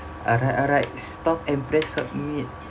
alright alright stop and press submit